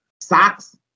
socks